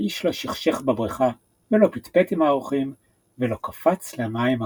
ואיש לא שכשך בברכה ולא פטפט עם האורחים ולא קפץ למים הקרירים.